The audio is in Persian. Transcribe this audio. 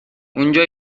اونجا